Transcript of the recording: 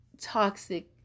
toxic